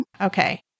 Okay